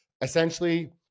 essentially